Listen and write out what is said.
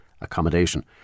accommodation